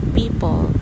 people